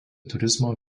turizmo